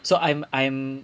so I'm I am